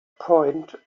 point